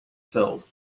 fulfilled